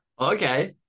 Okay